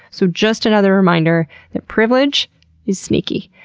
so just another reminder that privilege is sneaky,